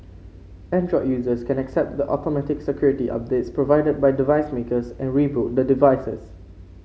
android users can accept the automatic security updates provided by device makers and reboot the devices